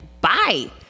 Bye